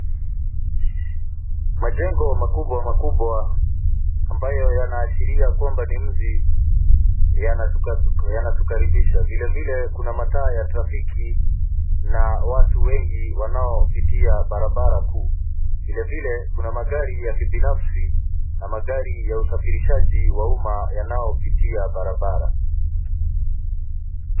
Majengo makubwa makubwa ambayo yanaashiria kwamba ni mji yanatukaribisha. Vilevile kuna mataa ya trafiki na watu wengi wanaopitia barabara kuu. Vilevile kuna magari ya kibinafsi na magari ya usafirishaji wa umma yanayopitia barabara.